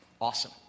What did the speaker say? Awesome